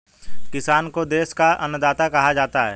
किसान को देश का अन्नदाता कहा जाता है